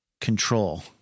Control